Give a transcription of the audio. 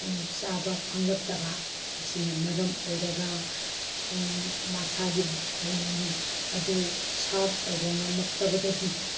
ꯆꯥꯕ ꯐꯪꯂꯛꯇꯕ ꯑꯁꯤꯅ ꯃꯔꯝ ꯑꯣꯏꯔꯒ ꯃꯁꯥꯒꯤ ꯕ꯭ꯔꯦꯟ ꯑꯗꯨ ꯁꯥꯔꯞ ꯇꯧꯕ ꯉꯝꯃꯛꯇꯕꯗꯒꯤ